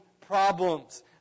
problems